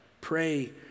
Pray